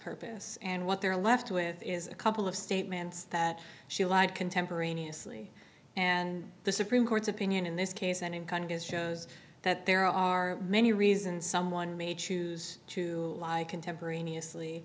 purpose and what they're left with is a couple of statements that she lied contemporaneously and the supreme court's opinion in this case and in congress shows that there are many reasons someone may choose to live contemporaneously